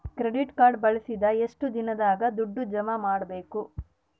Credit card ಬಳಸಿದ ಎಷ್ಟು ದಿನದಾಗ ದುಡ್ಡು ಜಮಾ ಮಾಡ್ಬೇಕು?